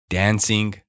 dancing